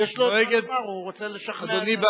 יש לו מה לומר, הוא רוצה לשכנע את, באחריות,